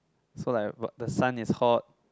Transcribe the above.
so like what the sun is hot